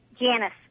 Janice